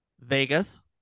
Vegas